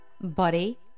body